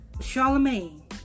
Charlemagne